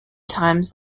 times